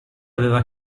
aveva